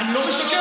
אני לא משקר.